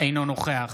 אינו נוכח